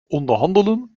onderhandelen